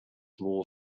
more